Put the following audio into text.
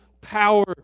power